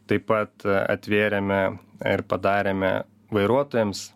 taip pat atvėrėme ir padarėme vairuotojams